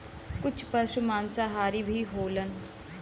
कुछ पसु मांसाहारी भी होलन